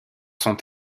sont